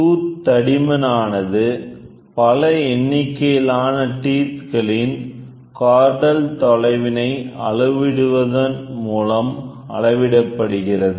tooth தடிமன் ஆனதுபல எண்ணிக்கையிலான டீத் களின் க்ரோடல் தொலைவினை அளவிடுவதன் மூலம் அளவிடப்படுகிறது